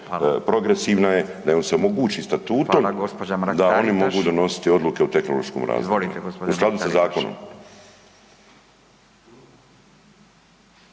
progresivna je, da joj se omogućim statutom da oni mogu donositi odluke o tehnološkom razvoju. **Radin, Furio